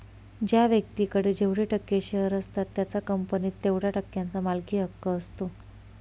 ज्या व्यक्तीकडे जेवढे टक्के शेअर असतात त्याचा कंपनीत तेवढया टक्क्यांचा मालकी हक्क असतो